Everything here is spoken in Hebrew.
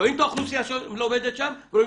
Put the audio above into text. רואים את האוכלוסייה שלומדת שם ורואים